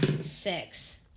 Six